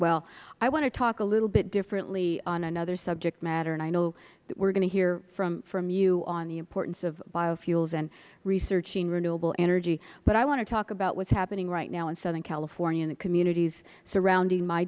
well i want to talk a little bit differently on another subject matter and i know we are going to hear from you on the importance of biofuels and researching renewable energy but i want to talk about what is happening right now in southern california and the communities surrounding my